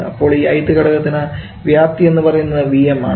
അപ്പോൾ ഈ ith ഘടകത്തിന് വ്യാപ്തി എന്ന് പറയുന്നത് Vm ആണ്